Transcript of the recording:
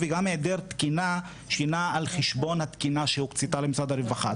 וגם היעדר תקינה על חשבון התקינה שהוקצתה למשרד הרווחה.